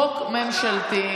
חוק ממשלתי.